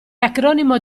acronimo